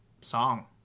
song